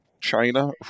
China